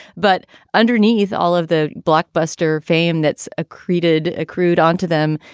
but underneath all of the blockbuster fame that's accreted accrued onto them,